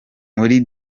muri